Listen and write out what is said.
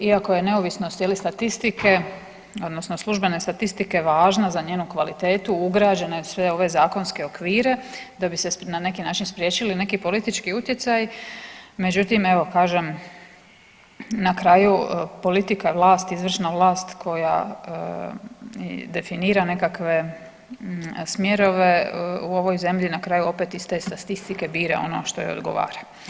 Iako je neovisnost je li statistike odnosno službene statistike važna za njenu kvalitetnu, ugrađena je u sve ove zakonske okvire da bi se na neki način spriječili neki politički utjecaji, međutim evo kažem na kraju politika je vlast, izvršna vlast koja definira nekakve smjerove u ovoj zemlji i na kraju opet iz te statistike bira ono što joj odgovara.